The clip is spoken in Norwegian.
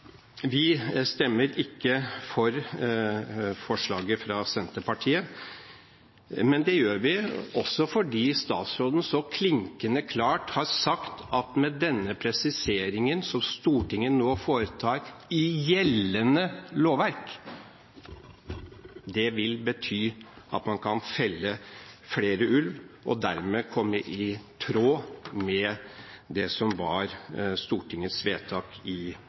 Vi stemmer ikke for forslaget fra Senterpartiet, også fordi statsråden så klinkende klart har sagt at den presiseringen som Stortinget nå foretar i gjeldende lovverk, vil bety at man kan felle flere ulver, som dermed er i tråd med det som var Stortingets vedtak i